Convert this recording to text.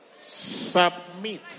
Submit